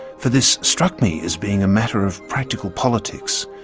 for this struck me as being a matter of practical politics.